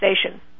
Station